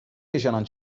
yaşanan